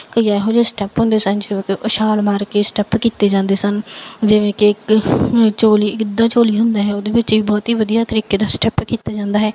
ਕਈ ਇਹੋ ਜਿਹੇ ਸਟੈਪ ਹੁੰਦੇ ਸਨ ਜਿਵੇਂ ਕਿ ਉਹ ਛਾਲ ਮਾਰ ਕੇ ਸਟੈਪ ਕੀਤੇ ਜਾਂਦੇ ਸਨ ਜਿਵੇਂ ਕਿ ਇੱਕ ਝੋਲੀ ਗਿੱਧਾ ਝੋਲੀ ਹੁੰਦਾ ਹੈ ਉਹਦੇ ਵਿੱਚ ਵੀ ਬਹੁਤ ਹੀ ਵਧੀਆ ਤਰੀਕੇ ਦਾ ਸਟੈਪ ਕੀਤਾ ਜਾਂਦਾ ਹੈ